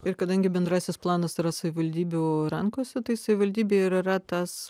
ir kadangi bendrasis planas yra savivaldybių rankose tai savivaldybė ir yra tas